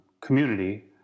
community